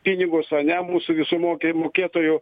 pinigus ane mūsų visų mokė mokėtojų